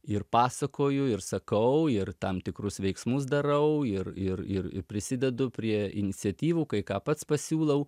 ir pasakoju ir sakau ir tam tikrus veiksmus darau ir ir ir prisidedu prie iniciatyvų kai ką pats pasiūlau